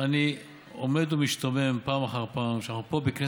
אני עומד ומשתומם פעם אחר פעם שפה,